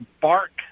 bark